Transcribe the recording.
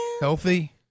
Healthy